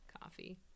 coffee